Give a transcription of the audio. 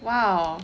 !wow!